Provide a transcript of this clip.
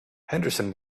henderson